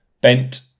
Bent